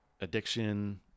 addiction